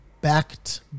backed